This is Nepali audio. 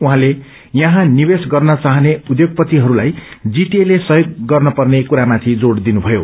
उहाँले यहाँ निवेश गर्न चवाहने उध्योगपति हरूलाई जीटीए ले सहयोग गर्नुपर्ने कुरामाथि जोड़ दिनुथयो